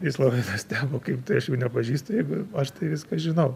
jis labai nustebo kaip tai aš jų nepažįstu jeigu aš tai viską žinau